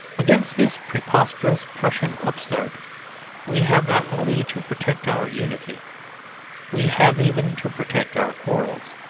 against this preposterous prussian upstart we have not only to protect our unity we have even to protect our quarrels.